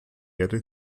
erde